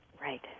Right